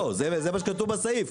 זה מה שכתוב בסעיף,